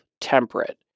temperate